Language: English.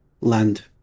land